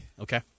Okay